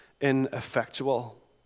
ineffectual